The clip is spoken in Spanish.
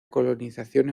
colonización